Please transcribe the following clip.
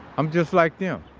i'm just like them.